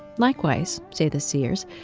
likewise, say the seers,